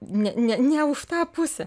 ne ne ne už tą pusę